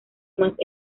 más